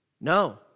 No